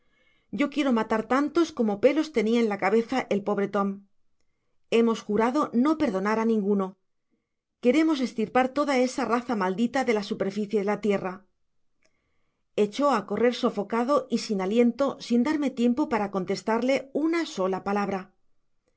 yo quiero matar tantos como pelos tenia en la cabeza el pobre tom hemos jurado no perdonar á ninguno queremos estirpar toda esa raza maldita de la superficie de la tierra echó á correr sofocado y sin aliento sin darme tiempo para contestarle una sola palabra